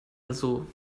also